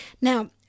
now